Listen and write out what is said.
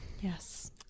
Yes